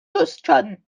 toscane